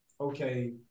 okay